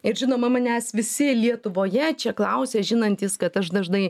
ir žinoma manęs visi lietuvoje čia klausia žinantys kad aš dažnai